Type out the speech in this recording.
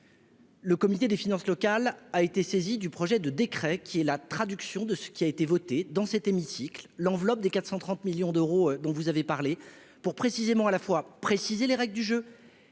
Le comité des finances locales a été saisi du projet de décret qui est la traduction de ce qui a été voté dans cet hémicycle, l'enveloppe des 430 millions d'euros, dont vous avez parlé pour, précisément, à la fois préciser les règles du jeu